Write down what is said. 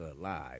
alive